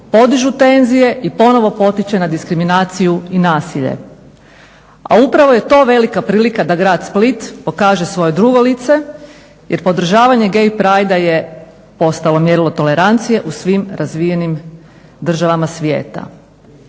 podižu tenzije i ponovo potiče na diskriminaciju i nasilje. A upravo je to velika prilika da Grad Split pokaže svoje drugo lice jer podržavanje gay pridea je postalo mjerilo tolerancije u svim razvijenim državama svijeta.